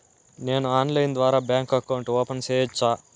నేను ఆన్లైన్ ద్వారా bank account open సేయొచ్చా?